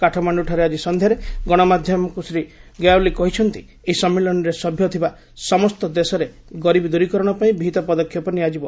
କାଠମାଣ୍ଡୁଠାରେ ଆକି ସନ୍ଧ୍ୟାରେ ଗଣମାଧ୍ୟମକୁ ଶ୍ରୀ ଗ୍ୟାୱାଲୀ କହିଛନ୍ତି ଏହି ସମ୍ମିଳନୀରେ ସଭ୍ୟ ଥିବା ସମସ୍ତ ଦେଶରେ ଗରିବୀ ଦୂରୀକରଣ ପାଇଁ ବିହିତ ପଦକ୍ଷେପ ନିଆଯିବ